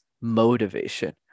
motivation